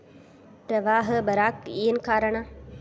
ಪ್ರವಾಹ ಬರಾಕ್ ಏನ್ ಕಾರಣ?